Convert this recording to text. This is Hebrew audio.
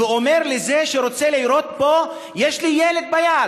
ואומר לזה שרוצה לירות בו: יש לי ילד ביד.